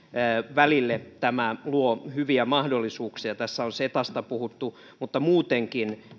välille tämä luo hyviä mahdollisuuksia tässä on cetasta puhuttu mutta toivottavasti muutenkin